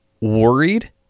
worried